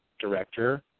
director